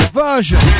version